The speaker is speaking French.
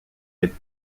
des